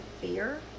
fear